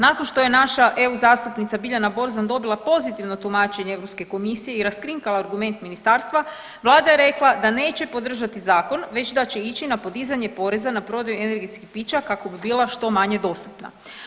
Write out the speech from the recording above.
Nakon što je naša EU zastupnica Biljana Borzan dobila pozitivo tumačenje Europske komisije i raskrinkala argument ministarstva, vlada je rekla da neće podržati zakon već da će ići na podizanje poreza na prodaju energetskih pića kako bi bila što manje dostupna.